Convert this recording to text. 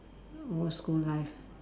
oh school life